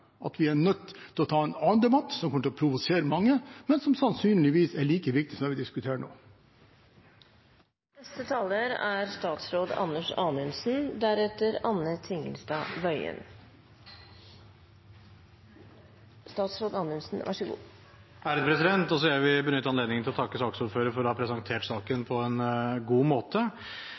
at vi er nødt til å ta en annen debatt, som kommer til å provosere mange, men som sannsynligvis er like viktig som det vi diskuterer nå. Også jeg vil benytte anledningen til å takke saksordføreren for å ha presentert saken på en god måte. Jeg vil også si at jeg er glad for